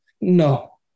no